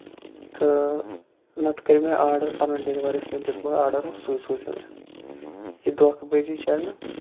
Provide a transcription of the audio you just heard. نہ تہٕ کٔریو مےٚ آرڈر ڈیلِور یُس مےٚ دیُمُت آرڈر اوس سُے یہِ دۄنکھٕ بٲزِ چَلنہٕ